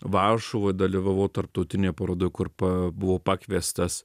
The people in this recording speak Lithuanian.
varšuvoj dalyvavau tarptautinėj parodoj kur pa buvau pakviestas